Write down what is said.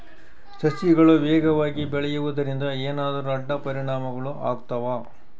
ಸಸಿಗಳು ವೇಗವಾಗಿ ಬೆಳೆಯುವದರಿಂದ ಏನಾದರೂ ಅಡ್ಡ ಪರಿಣಾಮಗಳು ಆಗ್ತವಾ?